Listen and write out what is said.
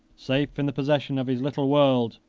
safe in the possession of his little world,